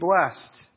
blessed